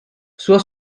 suo